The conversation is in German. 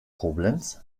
koblenz